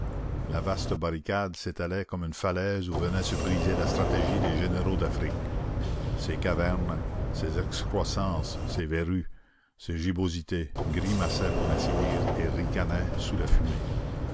la vaste barricade s'étalait comme une falaise où venait se briser la stratégie des généraux d'afrique ses cavernes ses excroissances ses verrues ses gibbosités grimaçaient pour ainsi dire et ricanaient sous la fumée